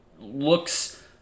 looks